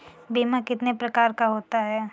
बीमा कितने प्रकार का होता है?